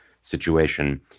situation